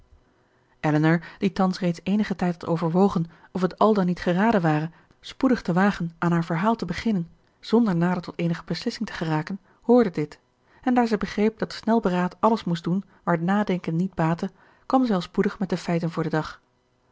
elinor die thans reeds eenigen tijd had overwogen of het al dan niet geraden ware spoedig te wagen aan haar verhaal te beginnen zonder nader tot eenige beslissing te geraken hoorde dit en daar zij begreep dat snel beraad alles moest doen waar nadenken niet baatte kwam zij al spoedig met de feiten voor den dag